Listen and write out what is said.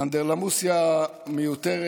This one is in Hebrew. אנדרלמוסיה מיותרת.